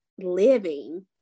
living